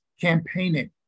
campaigning